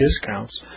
discounts